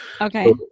Okay